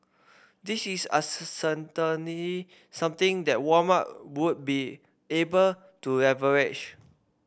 this is a certainly something that Walmart would be able to leverage